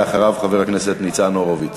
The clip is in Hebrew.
אחריו, חבר הכנסת ניצן הורוביץ.